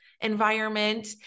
environment